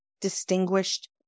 distinguished